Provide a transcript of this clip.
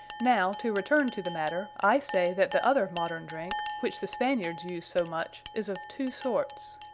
now, to returne to the matter, i say, that the other moderne drinke, which the spaniards use so much, is of two sorts.